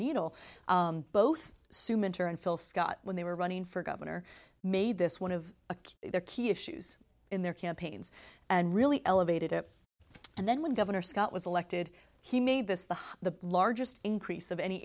needle both sue mentor and phil scott when they were running for governor made this one of a key the key issues in their campaigns and really elevated it and then when governor scott was elected he made this the the largest increase of any